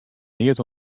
neat